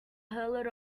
herald